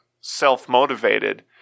self-motivated